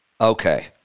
Okay